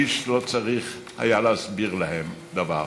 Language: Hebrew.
איש לא היה צריך היה להסביר להם דבר,